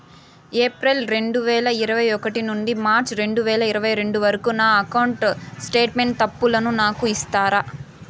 April రెండు వేల ఇరవై ఒకటి నుండి మార్చ్ రెండు వేల ఇరవై రెండు వరకు నా అకౌంట్ స్టేట్మెంట్ తప్పులను నాకు ఇస్తారా?